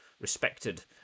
respected